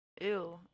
Ew